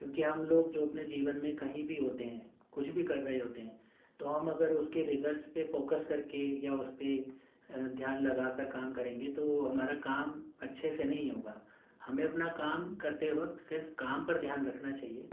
کیونکہ ہم لوگ جو اپنے جیون میں کہیں بھی ہوتے ہیں کچھ بھی کر رہے ہوتے ہیں تو ہم اگر اس کے ریزلٹس پہ فوکس کر کے یا اس پہ دھیان لگا کر کام کریں گے تو ہمارا کام اچھے سے نہیں ہوگا ہمیں اپنا کام کرتے وقت صرف کام پر دھیان رکھنا چاہیے